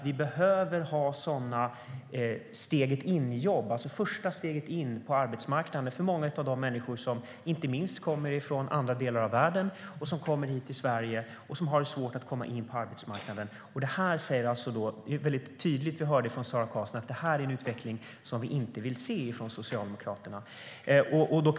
Vi behöver jobb som ger det första steget in på arbetsmarknaden, inte minst för de många människor som kommer från andra delar av världen som har svårt att komma in på arbetsmarknaden. Vi hörde väldigt tydligt av Sara Karlsson att detta är en utveckling som Socialdemokraterna inte vill se.